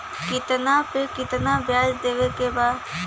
कितना पे कितना व्याज देवे के बा?